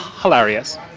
hilarious